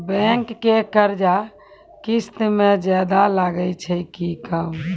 Bank के कर्जा किस्त मे ज्यादा लागै छै कि कम?